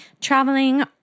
traveling